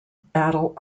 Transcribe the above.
battle